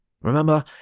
Remember